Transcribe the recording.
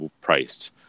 priced